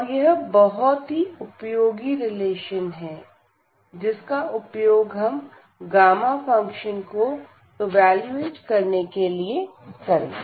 और यह बहुत ही उपयोगी रिलेशन है जिसका उपयोग हम गामा फंक्शन को ईवेलुएट करने के लिए करेंगे